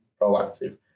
proactive